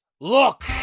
Look